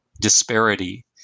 disparity